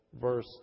Verse